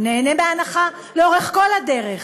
הוא נהנה מהנחה לאורך כל הדרך,